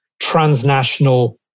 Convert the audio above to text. transnational